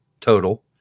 total